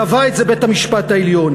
קבע את זה בית-המשפט העליון.